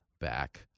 back